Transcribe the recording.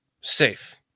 safe